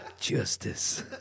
justice